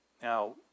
Now